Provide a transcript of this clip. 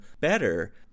better